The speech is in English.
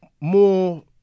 more